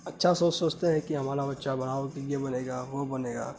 اچھا سوچ سوچتے ہیں کہ ہمارا بچہ بڑا ہو کے یہ بنے گا وہ بنے گا